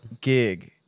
gig